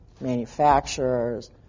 Manufacturers